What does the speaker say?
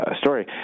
story